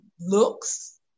looks